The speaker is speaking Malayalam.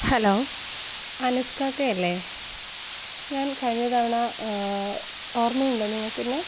ഹലോ അനസ് കാക്കയല്ലേ ഞാൻ കഴിഞ്ഞ തവണ ഓർമ്മയുണ്ടോ നിങ്ങൾക്ക് എന്നെ